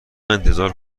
انتظار